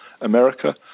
America